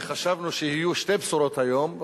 וחשבנו שיהיו שתי בשורות היום.